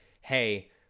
hey